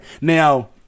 Now